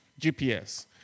GPS